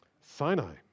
Sinai